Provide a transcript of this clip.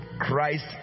Christ